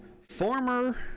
former